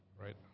Right